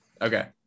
Okay